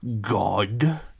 god